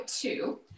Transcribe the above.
two